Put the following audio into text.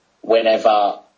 Whenever